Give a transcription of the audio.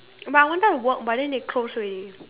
but I wanted to work but then they close already